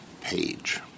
page